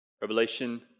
Revelation